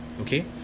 Okay